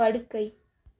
படுக்கை